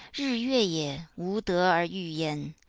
yue ye, wu de er yu yan,